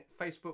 Facebook